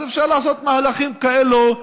אפשר לעשות מהלכים כאלה,